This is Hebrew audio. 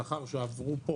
לאחר שעברו פה